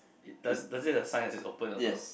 it does does it have a sign that says open also